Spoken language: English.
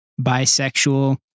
Bisexual